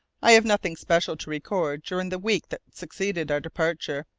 i have nothing special to record during the week that succeeded our departure.